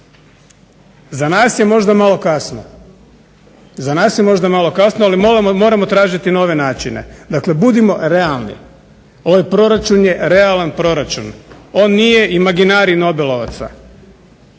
za nas je možda malo kasno ali moramo tražiti nove načine. Dakle, budimo realni. Ovaj proračun je realan proračun, on nije imaginarij nobelovaca.